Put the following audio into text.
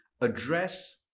address